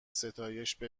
ستایش